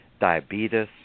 diabetes